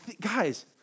guys